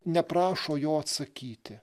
neprašo jo atsakyti